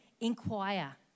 inquire